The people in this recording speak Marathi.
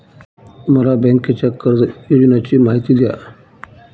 मला बँकेच्या कर्ज योजनांची माहिती द्या